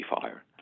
fire